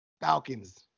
Falcons